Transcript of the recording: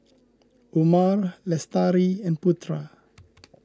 Umar Lestari and Putra